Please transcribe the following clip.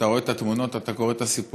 כשאתה רואה את התמונות וקורא את הסיפורים